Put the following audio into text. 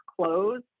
close